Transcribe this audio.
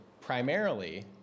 primarily